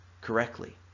correctly